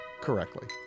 correctly